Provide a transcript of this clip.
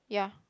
ya